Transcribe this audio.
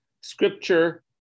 Scripture